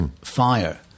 fire